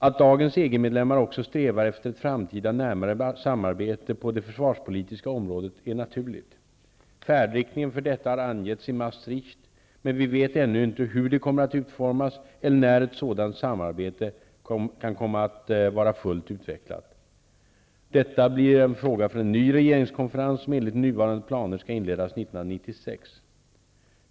Att dagens EG-medlemmar också strävar efter ett framtida närmare samarbete på det försvarspolitiska området är naturligt. Färdriktningen för detta har angetts i Maastricht, men vi vet ännu inte hur det kommer att utformas eller när ett sådant samarbete kan komma att vara fullt utvecklat. Detta blir en fråga för en ny regeringskonferens, som enligt nuvarande planer skall inledas 1996.